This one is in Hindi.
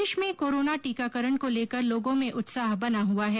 प्रदेश में कोरोना टीकाकरण को लेकर लोगों में उत्साह बना हुआ है